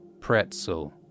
pretzel